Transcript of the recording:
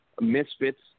misfits